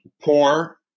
poor